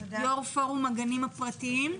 יושב ראש פורום הגנים הפרטיים.